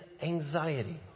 anxiety